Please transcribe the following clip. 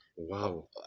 Wow